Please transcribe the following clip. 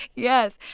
yes.